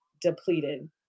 Depleted